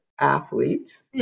athletes